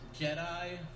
Jedi